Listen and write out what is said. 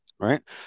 Right